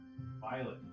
Violet